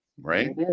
right